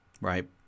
right